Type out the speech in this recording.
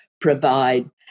provide